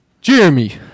Jeremy